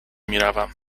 میروم